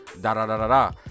Da-da-da-da-da